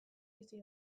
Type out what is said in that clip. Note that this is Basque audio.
bizi